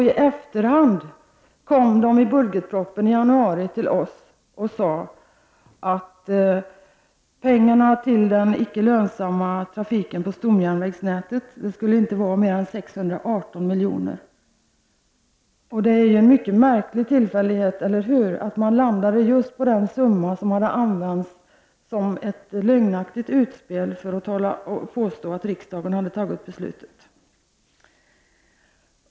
I efterhand kom man till oss i januari i samband med att budgetpropositionen lagts fram och sade att pengarna till den icke lönsamma trafiken på stomjärnvägsnätet inte skulle vara mer än 618 milj.kr. Det är mycket märkligt att man hamnade på just den summa som hade använts som ett lögnaktigt utspel för att påstå att riksdagen hade fattat beslutet.